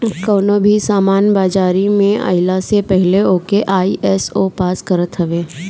कवनो भी सामान बाजारी में आइला से पहिले ओके आई.एस.ओ पास करत हवे